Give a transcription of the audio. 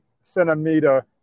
centimeter